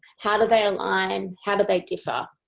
how do they align? how do they differ?